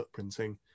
footprinting